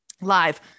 live